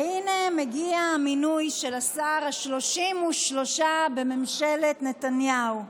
והינה, מגיע המינוי של השר ה-33 בממשלת נתניהו.